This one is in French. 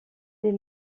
des